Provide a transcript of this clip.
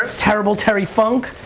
terrible terry funk.